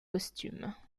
costumes